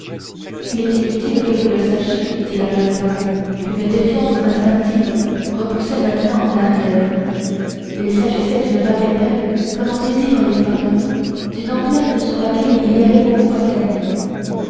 il est inutile que vous le sachiez dit la jeune femme qu'une défiance instinctive repoussait maintenant en arrière il s'agissait d'une bagatelle comme en désirent les femmes d'une emplette sur laquelle il y avait beaucoup à gagner